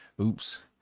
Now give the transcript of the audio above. Oops